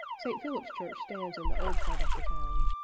st. phillip's church stands in the old part of the town.